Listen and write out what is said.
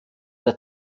der